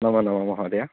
नमोनमः महोदय